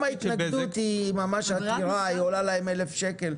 ההתנגדות היא גם ממש עתירה, היא עולה להם אלף שקל.